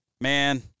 man